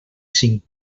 cinc